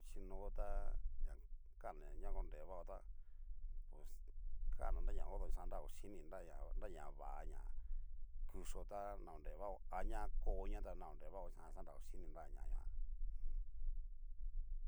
Nruchino ta. ña kan'na ña nakorevao tá ps kanna naña hó tu yuxanra oyini nraya nraya vaña kuxo ta nahonrevao, aña koaña ta na honrevao xan xanra ochini nraña nguan, uju.